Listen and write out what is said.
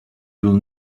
will